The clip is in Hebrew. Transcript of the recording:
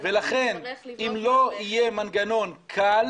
לכן אם לא יהיה מנגנון קל